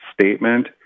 statement